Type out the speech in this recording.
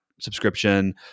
subscription